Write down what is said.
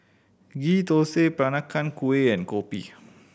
Ghee Thosai Peranakan Kueh and kopi